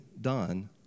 done